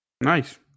Nice